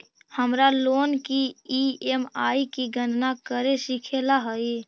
हमारा लोन की ई.एम.आई की गणना करे सीखे ला हई